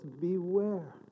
beware